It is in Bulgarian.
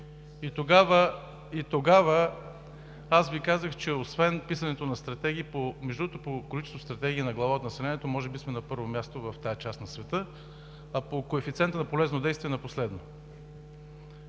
И тогава аз Ви казах, че освен писането на стратегии… Между другото, по количество стратегии на глава от населението може би сме на първо място в тази част на света, а по коефициента на полезно действие – на последно.